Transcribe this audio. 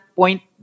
point